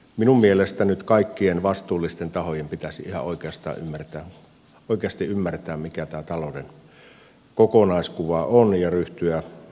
minun mielestäni kaikkien vastuullisten tahojen pitäisi nyt ihan oikeasti ymmärtää mikä tämä talouden kokonaiskuva on ja ryhtyä toimenpiteisiin